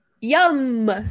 Yum